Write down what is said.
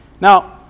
Now